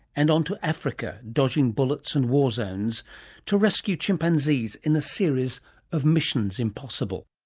and on to africa, dodging bullets and war zones to rescue chimpanzees in a series of missions impossible.